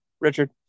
Richard